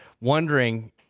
wondering